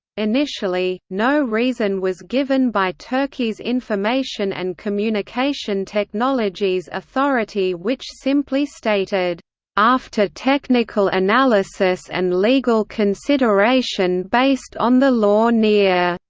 initially, no reason was given by turkey's information and communication technologies authority which simply stated after technical analysis and legal consideration based on the law nr.